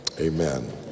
Amen